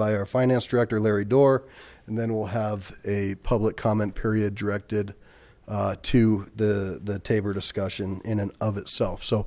our finance director larry door and then we'll have a public comment period directed to the the table discussion in and of itself so